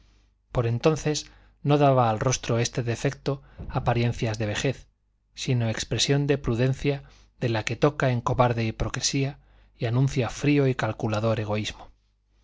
por entonces no daba al rostro este defecto apariencias de vejez sino expresión de prudencia de la que toca en cobarde hipocresía y anuncia frío y calculador egoísmo